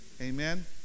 amen